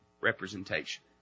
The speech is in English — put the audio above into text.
representation